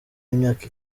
y’imyaka